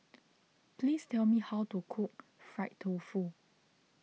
please tell me how to cook Fried Tofu